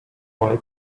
white